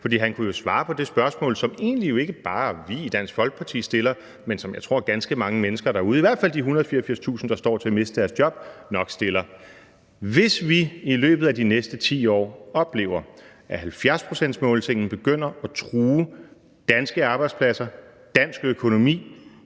for han kunne jo svare på det spørgsmål, som jo egentlig ikke bare vi i Dansk Folkeparti stiller, men som jeg tror ganske mange mennesker derude, i hvert fald de 184.000, der står til at miste deres job, nok stiller. Hvis vi i løbet af de næste 10 år oplever, at 70-procentsmålsætningen begynder at true danske arbejdspladser, dansk økonomi,